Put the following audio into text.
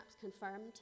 confirmed